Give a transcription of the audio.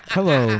Hello